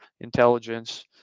intelligence